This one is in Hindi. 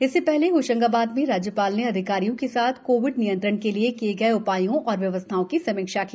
इससे पहले होशंगाबाद में राज्यपाल ने अधिकारियों के साथ कोविड नियंत्रण के लिए किए गए उपायों और व्यवस्थाओं की समीक्षा की